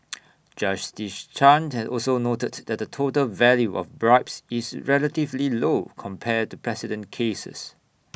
justice chan has also noted that the total value of bribes is relatively low compared to precedent cases